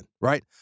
Right